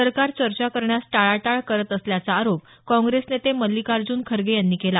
सरकार चर्चा करण्यास टाळाटाळ करत असल्याचा आरोप काँग्रेस नेते मछिकार्ज्ञन खरगे यांनी केला